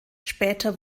später